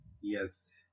Yes